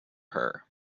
her